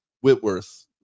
Whitworth